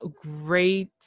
great